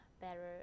better